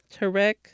Tarek